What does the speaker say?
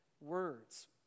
words